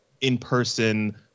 in-person